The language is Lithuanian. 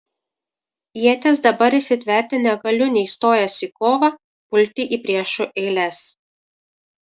ieties dabar įsitverti negaliu nei stojęs į kovą pulti į priešų eiles